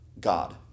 God